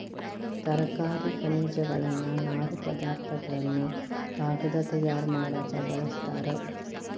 ತರಕಾರಿ ಖನಿಜಗಳನ್ನ ನಾರು ಪದಾರ್ಥ ಗಳನ್ನು ಕಾಗದಾ ತಯಾರ ಮಾಡಾಕ ಬಳಸ್ತಾರ